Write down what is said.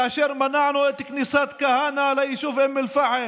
כאשר מנענו את כניסת כהנא ליישוב אום אל-פחם,